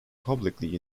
publicly